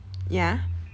ya